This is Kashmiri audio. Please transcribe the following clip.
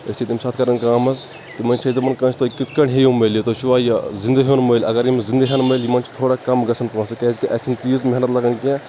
أسۍ چھِ تمہِ ساتہٕ کَران کٲم حظ تِمن چھِ أسۍ دپان کٲنٛسہِ تُہۍ کِتھٕ پٲٹھۍ ہیٚیِو مٔلۍ تُہۍ چھُوا یہِ زِنٛدٕ ہیوٚن مٔلۍ اَگر یِم زِنٛدٕ ہیٚن مٔلۍ یِمَن چھِ تھوڑا کَم گژھان پونٛسہٕ کیٛازِ کہِ اسہِ چھِنہٕ تیٖژ محنت لگان کیٚنٛہہ